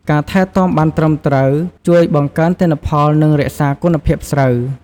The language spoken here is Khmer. ការថែទាំបានត្រឹមត្រូវជួយបង្កើនទិន្នផល និងរក្សាគុណភាពស្រូវ។